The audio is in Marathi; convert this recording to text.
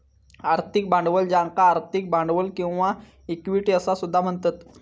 आर्थिक भांडवल ज्याका आर्थिक भांडवल किंवा इक्विटी असा सुद्धा म्हणतत